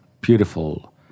beautiful